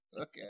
Okay